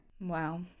Wow